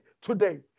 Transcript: today